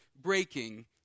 breaking